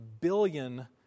billion